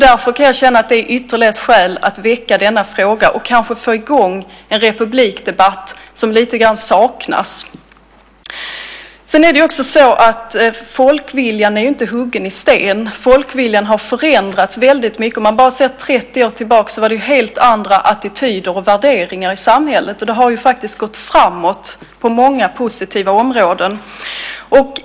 Därför kan jag känna att det är ytterligare ett skäl att väcka denna fråga och kanske få i gång en republikdebatt som lite grann saknas. Sedan är inte folkviljan huggen i sten. Folkviljan har förändrats väldigt mycket. Om man bara ser 30 år tillbaka ser man att det var helt andra attityder och värderingar i samhället. Och det har faktiskt gått framåt på många positiva områden.